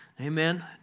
Amen